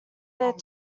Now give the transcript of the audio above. their